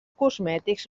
cosmètics